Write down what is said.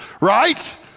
right